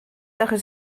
achos